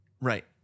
Right